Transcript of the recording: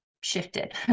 shifted